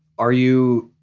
are you